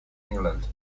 england